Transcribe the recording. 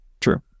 True